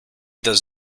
does